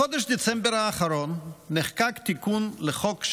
בחודש דצמבר האחרון נחקק תיקון לחוק,